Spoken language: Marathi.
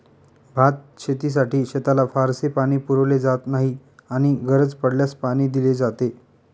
भातशेतीसाठी शेताला फारसे पाणी पुरवले जात नाही आणि गरज पडल्यास पाणी दिले जाते